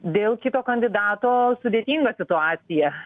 dėl kito kandidato sudėtinga situacija